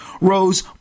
rose